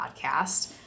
podcast